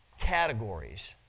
categories